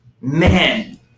man